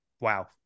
Wow